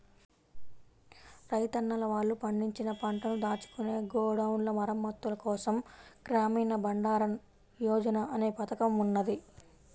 రైతన్నలు వాళ్ళు పండించిన పంటను దాచుకునే గోడౌన్ల మరమ్మత్తుల కోసం గ్రామీణ బండారన్ యోజన అనే పథకం ఉన్నది